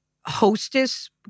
hostess